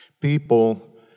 People